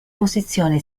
posizione